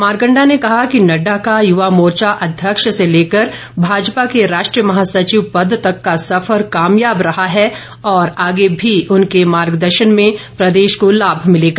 मारकंडा ने कहा कि नड्डा का युवा मोर्चा अध्यक्ष से लेकर भाजपा के राष्ट्रीय महासचिव पद तक का सफर कामयाब रहा है और आगे भी उनके मार्गदर्शन में प्रदेश को लाभ मिलेगा